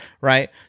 right